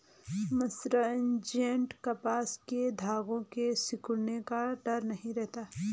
mercerised कपास के धागों के सिकुड़ने का डर नहीं रहता